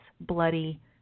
bloody